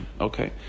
Okay